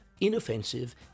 inoffensive